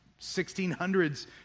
1600s